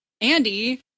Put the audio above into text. Andy